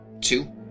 two